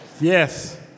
Yes